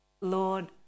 Lord